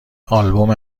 آلبوم